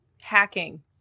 hacking